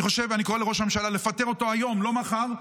אני קורא לראש הממשלה לפטר אותו היום, לא מחר,